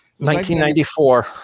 1994